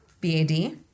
B-A-D